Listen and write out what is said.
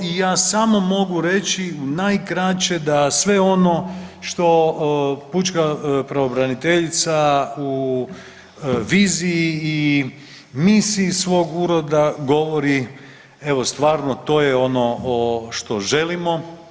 I ja samo mogu reći u najkraće da sve ono što pučka pravobraniteljica u viziji i misiji svog ureda govori evo stvarno to je ono što želimo.